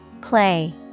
Clay